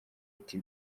ati